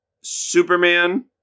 Superman